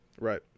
Right